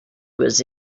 was